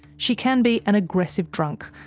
she can be an aggressive drunk,